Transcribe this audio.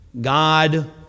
God